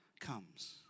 comes